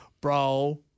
bro